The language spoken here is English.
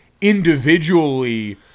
individually